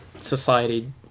Society